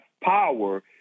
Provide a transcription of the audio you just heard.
power